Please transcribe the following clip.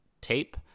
tape